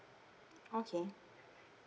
okay